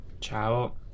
Ciao